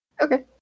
Okay